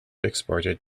exported